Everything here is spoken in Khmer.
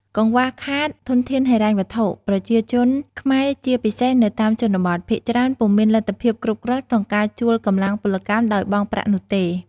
កង្វះខាតធនធានហិរញ្ញវត្ថុ ប្រជាជនខ្មែរជាពិសេសនៅតាមជនបទ ភាគច្រើនពុំមានលទ្ធភាពគ្រប់គ្រាន់ក្នុងការជួលកម្លាំងពលកម្មដោយបង់ប្រាក់នោះទេ។